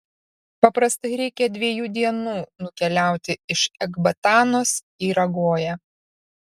paprastai reikia dviejų dienų nukeliauti iš ekbatanos į ragoją